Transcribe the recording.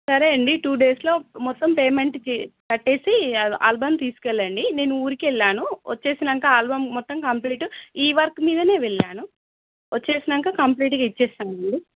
సరే అండి టూ డేస్లో మొత్తం పేమెంట్ కట్టేసి ఆల్బమ్ తీసుకు వెళ్ళండి నేను ఊరికి వెళ్ళాను వచ్చినాక ఆల్బమ్ మొత్తం కంప్లీట్ ఈ వర్క్ మీదనే వెళ్ళాను వచ్చినాక కంప్లీట్గా ఇస్తాను అండి